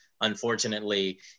unfortunately